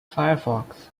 firefox